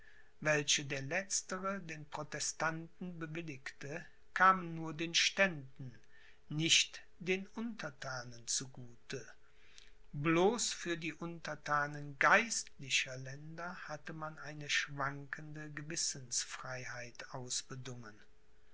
welche der letztere den protestanten bewilligte kamen nur den ständen nicht den unterthanen zu gute bloß für die unterthanen geistlicher länder hatte man eine schwankende gewissensfreiheit ausbedungen